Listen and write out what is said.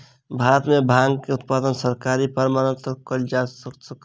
भारत में भांगक उत्पादन सरकारी प्रमाणपत्र सॅ कयल जा सकै छै